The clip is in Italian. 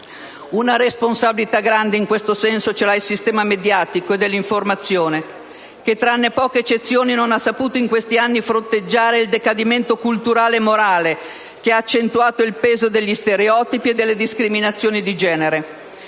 Una responsabilità notevole in questo senso ce l'ha il sistema mediatico e dell'informazione, che tranne poche eccezioni non ha saputo in questi anni fronteggiare il decadimento culturale e morale, che ha accentuato il peso degli stereotipi e delle discriminazioni di genere.